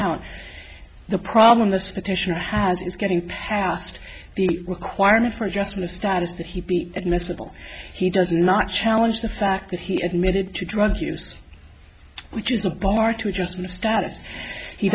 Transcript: out the problem this petitioner has is getting past the requirement for adjustment status that he be admissable he does not challenge the fact that he admitted to drug use which is a bar to adjustment status he